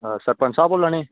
अ सरपंच साह्ब बोल्ला नै